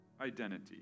identity